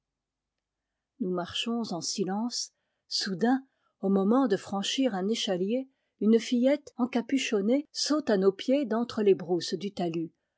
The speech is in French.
nous marchons en silence soudain au moment de franchir un échalier une fillette encapuchonnée saute à nos pieds d'entre les brousses du talus